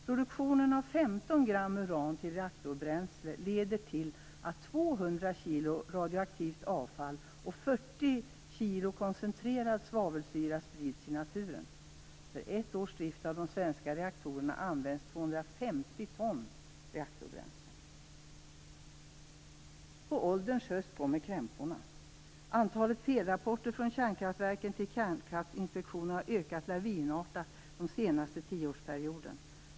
Produktionen av 15 g uran till reaktorbränsle leder till att 200 kg radioaktivt avfall och 40 kg koncentrerad svavelsyra sprids i naturen. På ålderns höst kommer krämporna. Antalet felrapporter från kärnkraftverken till Kärnkraftinspektionen har ökat lavinartat den senaste tioårsperioden.